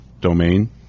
domain